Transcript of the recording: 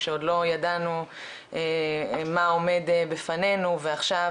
כשעוד לא ידענו מה עומד בפנינו ועכשיו